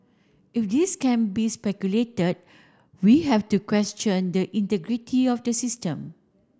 if this can be speculated we have to question the integrity of the system